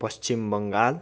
Paschim Bengal